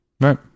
Right